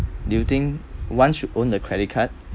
do you think once you own a credit card